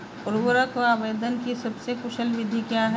उर्वरक आवेदन की सबसे कुशल विधि क्या है?